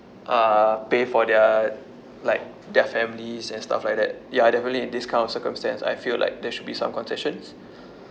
uh pay for their like their families and stuff like that ya definitely in this kind of circumstance I feel like there should be some concessions